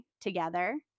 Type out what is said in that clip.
together